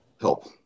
help